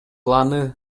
планы